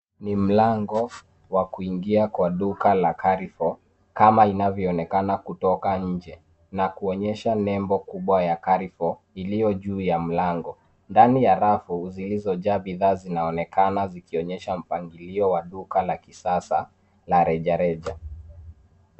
Ni mlango wa kuingia kwa duka la carrefour kama linavyoonekana kutoka nje na kuonyesha nembo kubwa ya carrefour iliyo juu ya mlango. Ndani ya rafu zilizojaa bidhaa zinaonekana zikionyesha mpangilio wa duka la kisasa la rejareja.